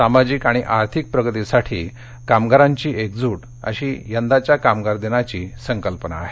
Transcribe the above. सामाजिक आणि आर्थिक प्रगतीसाठी कामगारांची एकजूट अशी यंदाच्या कामगार दिनाची संकल्पना आहे